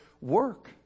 work